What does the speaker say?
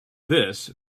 this